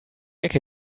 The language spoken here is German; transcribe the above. ecke